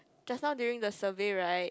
just now during the survey right